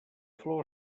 flor